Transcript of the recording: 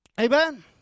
Amen